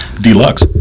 Deluxe